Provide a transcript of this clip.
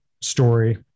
story